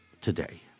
today